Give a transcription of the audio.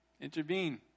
intervene